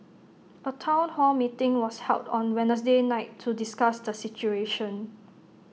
A Town hall meeting was held on Wednesday night to discuss the situation